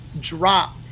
drop